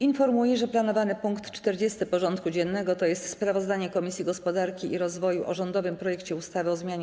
Informuję, że planowany punkt 40. porządku dziennego: Sprawozdanie Komisji Gospodarki i Rozwoju o rządowym projekcie ustawy o zmianie